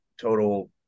Total